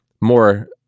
more